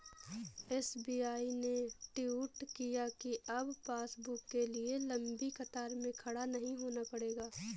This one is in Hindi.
एस.बी.आई ने ट्वीट किया कि अब पासबुक के लिए लंबी कतार में खड़ा नहीं होना पड़ेगा